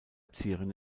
zieren